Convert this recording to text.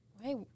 hey